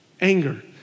Anger